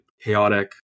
chaotic